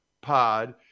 Pod